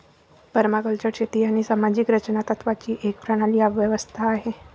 permaculture शेती आणि सामाजिक रचना तत्त्वांची एक प्रणाली व्यवस्था आहे